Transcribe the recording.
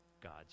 God's